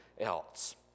else